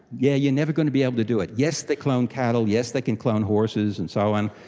yeah, you're never going to be able to do it. yes, they clone cattle, yes, they can clone horses and so on,